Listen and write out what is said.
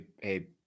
hey